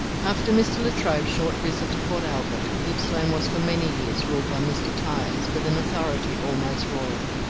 after mr. latrobe's short visit to port albert, gippsland was for many years ruled by mr. tyers with an authority almost royal.